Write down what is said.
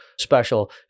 special